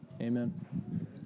Amen